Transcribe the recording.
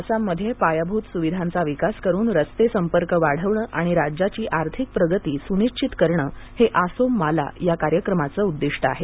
आसाममध्ये पायाभूत सुविधांचा विकास करून रस्ते संपर्क वाढवणं आणि राज्याची आर्थिक प्रगती सुनिश्वित करणं हे आसोम माला या कार्यक्रमाचं उद्दिष्ट आहे